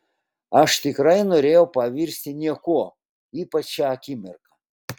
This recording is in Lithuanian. aš tikrai norėjau pavirsti niekuo ypač šią akimirką